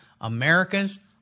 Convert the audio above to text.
America's